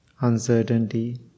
uncertainty